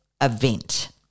event